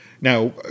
Now